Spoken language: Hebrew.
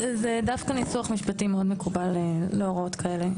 דווקא זה ניסוח משפטי מאוד מקובל להוראות כאלה.